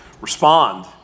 respond